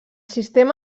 sistema